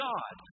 God